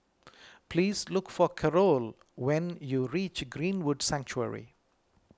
please look for Karol when you reach Greenwood Sanctuary